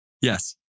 Yes